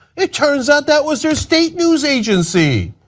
it turns out that was their state news agency.